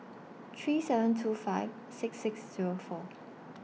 three seven two five six six Zero four